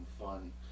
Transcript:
fun